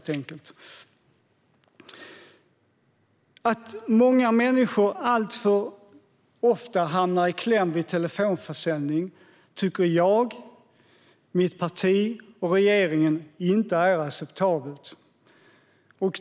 Att människor alltför ofta hamnar i kläm vid telefonförsäljning tycker jag, mitt parti och regeringen inte är acceptabelt.